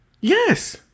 Yes